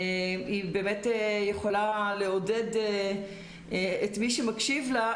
היא באמת יכולה לעודד את מי שמקשיב לה,